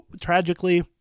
tragically